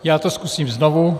Já to zkusím znovu.